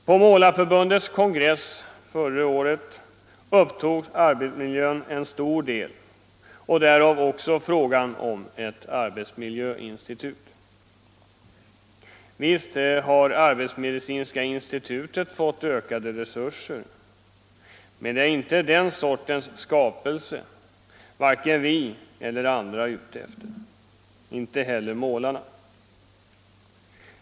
På Målareförbundets kongress förra året upptog frågan om arbetsmiljön en stor del av tiden och därmed även frågan om ett arbetsmiljöinstitut. Visst har Arbetsmedicinska institutet fått ökade resurser, men det är inte den sortens skapelser vi, målarna och andra är ute efter.